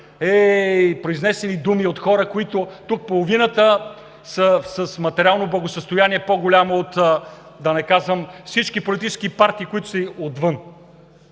– произнесени думи от хора, които тук половината са с материално благосъстояние по-голямо, да не казвам, от всички политически партии, които са отвън